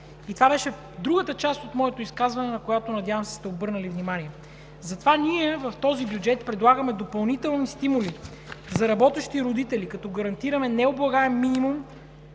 Това беше другата част от моето изказване, на която, надявам се, сте обърнали внимание. Затова в този бюджет ние предлагаме допълнителни стимули за работещи родители, като гарантиране необлагаем минимум